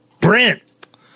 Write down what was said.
Brent